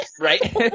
Right